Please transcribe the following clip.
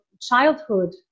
childhood